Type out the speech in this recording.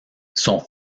son